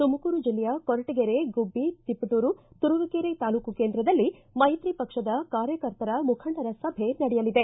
ತುಮಕೂರು ಜಿಲ್ಲೆಯ ಕೊರಟಗೆರೆ ಗುಬ್ಬ ತಿಪಟೂರು ತುರುವೇಕರೆ ತಾಲ್ಲೂಕು ಕೇಂದ್ರದಲ್ಲಿ ಮೈತ್ರಿ ಪಕ್ಷದ ಕಾರ್ಯಕರ್ತರ ಮುಖಂಡರ ಸಭೆ ನಡೆಯಲಿದೆ